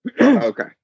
Okay